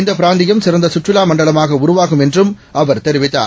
இந்தபிராந்தியம்சிறந்தசுற்றுலாமண்டலமாகஉருவாகும்என் றும்அவர்தெரிவித்தார்